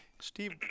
Steve